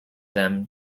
them